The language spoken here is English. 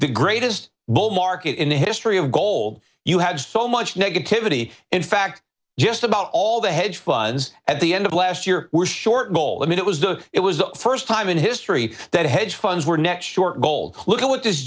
the greatest bull market in the history of gold you had so much negativity in fact just about all the hedge funds at the end of last year were short gold i mean it was the it was the first time in history that hedge funds were next short gold look at what